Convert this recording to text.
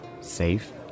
Safe